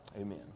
Amen